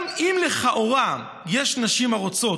גם אם לכאורה יש נשים הרוצות,